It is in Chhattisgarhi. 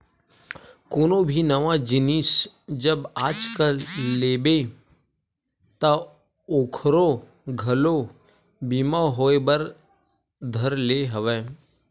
कोनो भी नवा जिनिस जब आजकल लेबे ता ओखरो घलो बीमा होय बर धर ले हवय